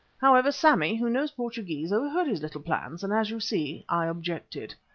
however, sammy, who knows portuguese, overheard his little plans and, as you see, i objected.